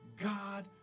God